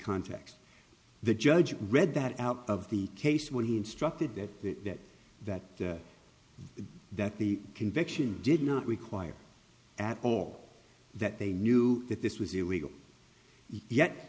context the judge read that out of the case when he instructed that that the that the conviction did not require at all that they knew that this was illegal yet